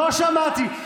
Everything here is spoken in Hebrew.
למה נתת לו?